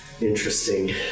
Interesting